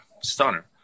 Stunner